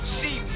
see